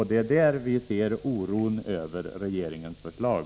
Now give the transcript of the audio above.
Det är därför vi känner oro över regeringens förslag.